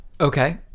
okay